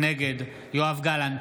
נגד יואב גלנט,